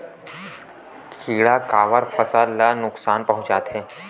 किड़ा काबर फसल ल नुकसान पहुचाथे?